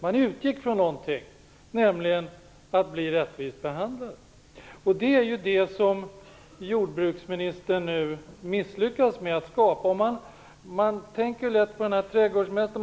Man utgick från att man skulle bli rättvist behandlad, och det har jordbruksministern nu misslyckats med. Tankarna går osökt till den kände trädgårdsmästaren.